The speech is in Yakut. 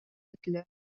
этилэр